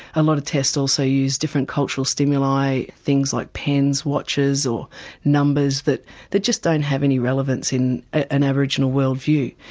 a lot of tests also use different cultural stimuli things like pens, watches or numbers that that just don't have any relevance in an aboriginal world view.